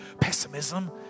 pessimism